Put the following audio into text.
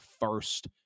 first